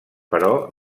però